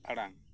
ᱟᱲᱟᱝ